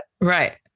Right